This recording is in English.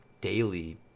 daily